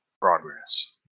progress